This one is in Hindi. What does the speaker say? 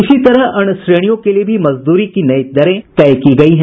इस तरह अन्य श्रेणियों के लिए भी मजदूरी की नयी दरें तय की गयी हैं